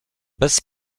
bez